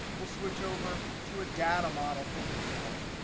we'll switch over to a data model pivottable.